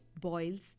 boils